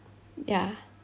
ya